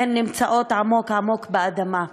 והן נמצאות עמוק עמוק באדמה.